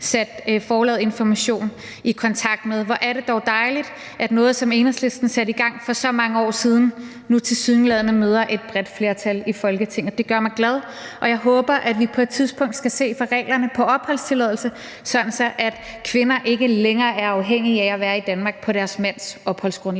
satte Informations Forlag i kontakt med. Hvor er det dog dejligt, at noget, som Enhedslisten satte i gang for så mange år siden, nu tilsyneladende møder et bredt flertal i Folketinget. Det gør mig glad, og jeg håber, at vi på et tidspunkt skal se på reglerne for opholdstilladelse, sådan at kvinder ikke længere er afhængige af at være i Danmark på deres mands opholdsgrundlag.